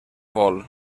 vol